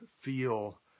feel